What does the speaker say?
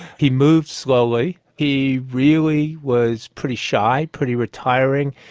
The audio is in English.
he moved slowly, he really was pretty shy, pretty retiring.